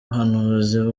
ubuhanuzi